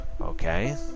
Okay